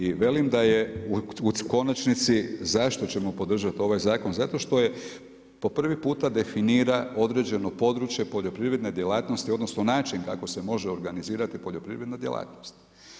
I velim da je u konačnici zašto ćemo podržati ovaj zakon, zato što je po prvi puta definira određeno područje poljoprivredne djelatnosti, odnosno način kako se može organizirati poljoprivredna djelatnost.